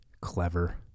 clever